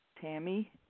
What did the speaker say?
Tammy